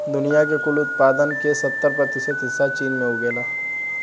दुनिया के कुल उत्पादन के सत्तर प्रतिशत हिस्सा चीन में उगेला